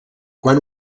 quan